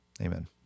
Amen